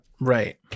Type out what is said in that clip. Right